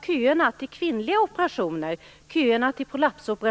Köerna till kvinnliga operationer, t.ex. köerna till prolaps och